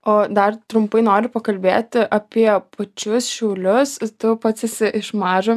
o dar trumpai noriu pakalbėti apie pačius šiaulius tu pats esi iš mažo